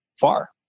far